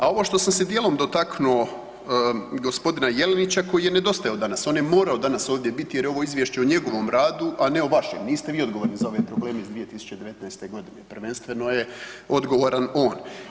A ovo što sam se dijelom dotaknuo gospodina Jelenića koji je nedostajao danas, on je morao danas ovdje biti jer je ovo izvješće o njegovom radu, a ne o vašem, niste vi odgovorni za ove probleme iz 2019. godine, prvenstveno je odgovoran on.